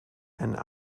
and